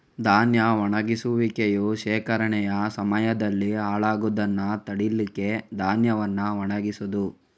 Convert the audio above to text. ಧಾನ್ಯ ಒಣಗಿಸುವಿಕೆಯು ಶೇಖರಣೆಯ ಸಮಯದಲ್ಲಿ ಹಾಳಾಗುದನ್ನ ತಡೀಲಿಕ್ಕೆ ಧಾನ್ಯವನ್ನ ಒಣಗಿಸುದು